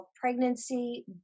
pregnancy